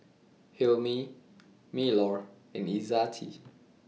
Hilmi Melur and Izzati